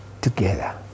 together